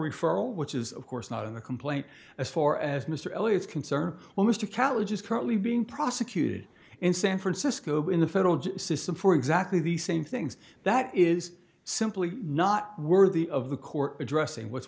referral which is of course not in the complaint as far as mr kelly is concerned well mr catlin just currently being prosecuted in san francisco in the federal system for exactly the same things that is simply not worthy of the court addressing what's